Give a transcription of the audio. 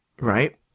right